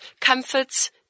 comforts